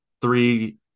three